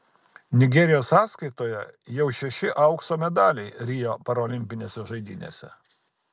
nigerijos sąskaitoje jau šeši aukso medaliai rio paralimpinėse žaidynėse